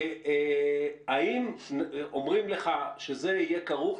האם אומרים לך שזה יהיה כרוך,